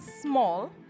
small